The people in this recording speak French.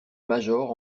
major